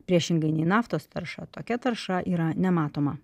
priešingai nei naftos tarša tokia tarša yra nematoma